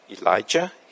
Elijah